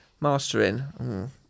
Mastering